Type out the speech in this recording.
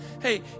Hey